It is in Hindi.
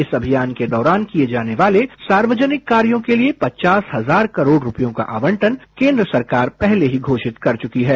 इस अभियान के दौरान किये जाने वाले सार्वजनिक कार्यों के लिए पचास हजारकरोड़ रुपयों का आवंटन केंद्र सरकार पहले ही घोषित कर चुकी है